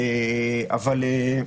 -- -האלה?